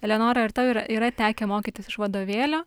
eleonora ar tau yar yra tekę mokytis iš vadovėlio